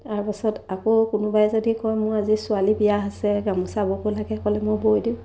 তাৰপাছত আকৌ কোনোবাই যদি কয় মোৰ আজি ছোৱালী বিয়া আছে গামোচা বব লাগে ক'লে মই বৈ দিওঁ